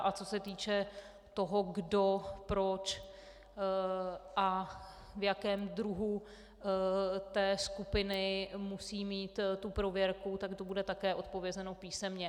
A co se týče toho, kdo, proč a v jakém druhu té skupiny musí mít tu prověrku, tak to bude také odpovězeno písemně.